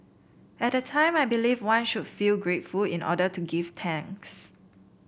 at the time I believed one should feel grateful in order to give thanks